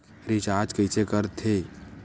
Recharge कइसे कर थे?